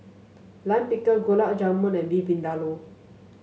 Lime Pickle Gulab Jamun and Beef Vindaloo